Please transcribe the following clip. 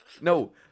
No